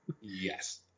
Yes